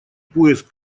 поиск